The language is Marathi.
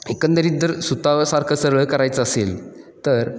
एकंदरीत जर सुतासारखं सरळ करायचं असेल तर